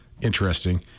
interesting